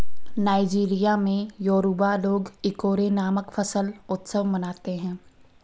Nigeria में Yoruba लोग Ikore नामक फसल उत्सव मनाते हैं